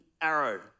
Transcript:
arrow